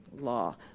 law